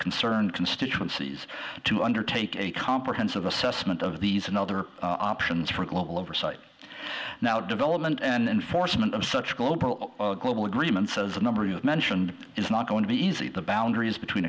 concerned constituencies to undertake a comprehensive assessment of these and other options for global oversight now development and enforcement of such a global global agreement says the number you mentioned is not going to be easy the boundaries between